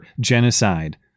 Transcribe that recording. genocide